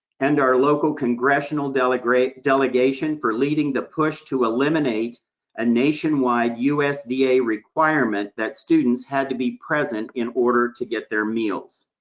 and our local congressional delegation delegation for leading the push to eliminate a nationwide usda requirement that students had to be present in order to get their meals.